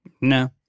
No